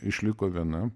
išliko viena